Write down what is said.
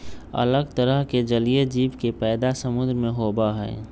अलग तरह के जलीय जीव के पैदा समुद्र में होबा हई